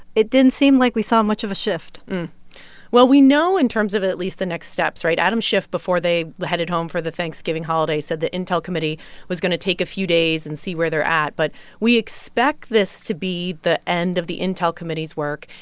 it didn't seem like we saw much of a shift well, we know in terms of, at least, the next steps right? adam schiff, before they headed home for the thanksgiving holiday, said the intel committee was going to take a few days and see where they're at. but we expect this to be the end of the intel committee's work.